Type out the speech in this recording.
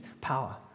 power